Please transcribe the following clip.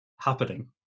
happening